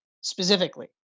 specifically